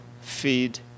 feed